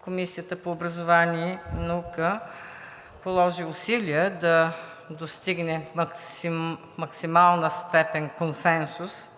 Комисията по образованието и науката положи усилия да достигне в максимална степен консенсус.